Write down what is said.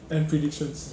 and predictions